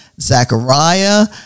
Zechariah